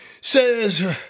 says